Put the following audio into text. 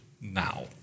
now